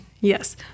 Yes